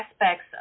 aspects